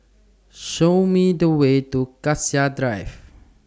Show Me The Way to Cassia Drive